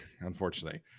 unfortunately